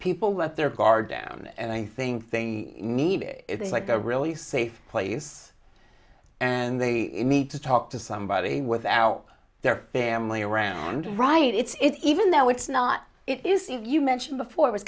people with their guard down and i think they need it it's like a really safe place and they need to talk to somebody without their family around right it's even though it's not it is if you mentioned